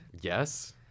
Yes